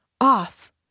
off